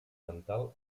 mental